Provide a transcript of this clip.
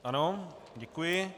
Ano, děkuji.